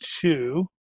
two